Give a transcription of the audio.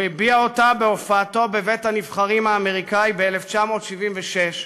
הוא הביע אותה בהופעתו בבית-הנבחרים האמריקני ב-1976,